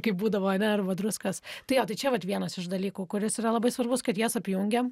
kai būdavo ane arba druskos tai jo tai čia vat vienas iš dalykų kuris yra labai svarbus kad jas apjungėm